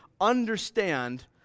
understand